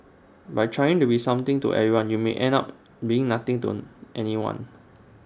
by trying to be something to everyone you may end up being nothing to anyone